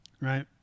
Right